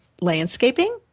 landscaping